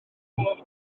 hoff